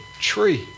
tree